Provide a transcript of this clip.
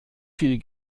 viel